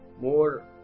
more